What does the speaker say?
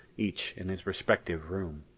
each in his respective room.